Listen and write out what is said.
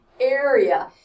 area